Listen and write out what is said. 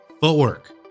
Footwork